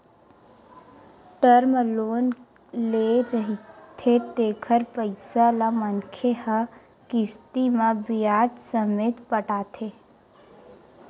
term loan ले रहिथे तेखर पइसा ल मनखे ह किस्ती म बियाज ससमेत पटाथे